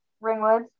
Ringwood